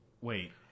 Wait